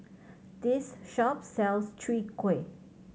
this shop sells Chwee Kueh